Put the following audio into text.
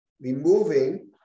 removing